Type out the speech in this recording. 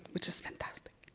which is fantastic.